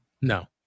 No